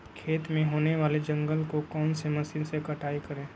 खेत में होने वाले जंगल को कौन से मशीन से कटाई करें?